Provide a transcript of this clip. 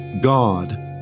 God